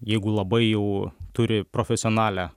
jeigu labai jau turi profesionalią